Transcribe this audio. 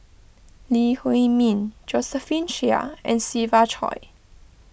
Lee Huei Min Josephine Chia and Siva Choy